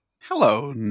Hello